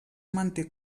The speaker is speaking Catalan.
manté